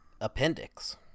Appendix